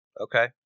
okay